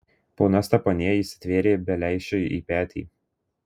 ponia stepanija įsitvėrė beleišiui į petį